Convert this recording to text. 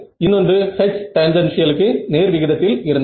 இன்னொன்று H டேன்ஜென்ஷியலுக்கு நேர்விகிதத்தில் இருந்தது